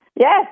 Yes